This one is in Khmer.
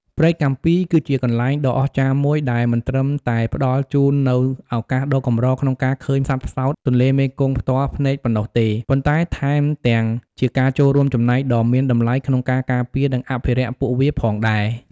ព្រែកកាំពី គឺជាកន្លែងដ៏អស្ចារ្យមួយដែលមិនត្រឹមតែផ្តល់ជូននូវឱកាសដ៏កម្រក្នុងការឃើញសត្វផ្សោតទន្លេមេគង្គផ្ទាល់ភ្នែកប៉ុណ្ណោះទេ ប៉ុន្តែថែមទាំងជាការចូលរួមចំណែកដ៏មានតម្លៃក្នុងការការពារ និងអភិរក្សពួកវាផងដែរ ។